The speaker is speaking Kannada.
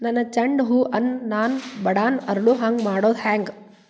ನನ್ನ ಚಂಡ ಹೂ ಅನ್ನ ನಾನು ಬಡಾನ್ ಅರಳು ಹಾಂಗ ಮಾಡೋದು ಹ್ಯಾಂಗ್?